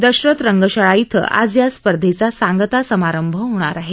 दशरथ रंगशाळा इथं या आज या स्पर्धेचा सांगता समारंभ होणार आहे